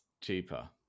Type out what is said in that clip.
cheaper